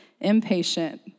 impatient